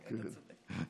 אתה צודק.